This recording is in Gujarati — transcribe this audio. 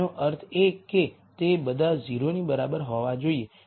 તેનો અર્થ એ કે તે બધા 0 ની બરાબર હોવા જોઈએ